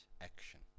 action